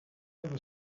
never